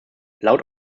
laut